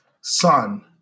son